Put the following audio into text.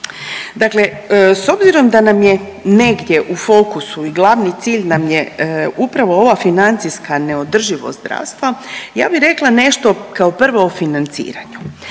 Dakle, s obzirom da nam je negdje u fokusu i glavni cilj nam je upravo ova financijska neodrživost zdravstva ja bi rekla nešto kao prvo o financiranju.